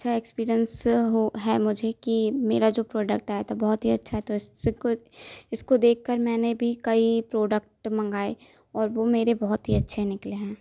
अच्छा एक्सपीरियंस हो है मुझे है कि मेरा जो प्रोडक्ट आया था बहुत ही अच्छा तो इसको इसको देख कर मैंने भी कई प्रोडक्ट मंगाए और वो मेरे बहुत ही अच्छे निकले हैं